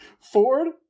Ford